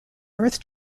earth